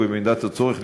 ובמידת הצורך,